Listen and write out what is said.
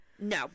no